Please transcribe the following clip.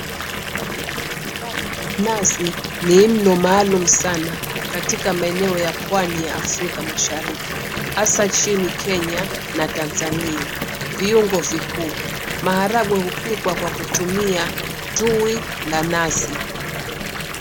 Maharagwe ya nazi ni mlo maalum sana katika maeneo ya Pwani ya Afrika Mashariki, hasa nchini Kenya na Tanzania. Viungo vikuu, maharagwe hupikwa kwa kutumia tui la nazi.